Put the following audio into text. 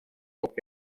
bob